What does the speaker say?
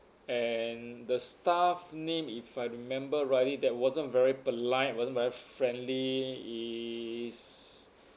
and the staff name if I remember rightly that wasn't very polite wasn't very friendly is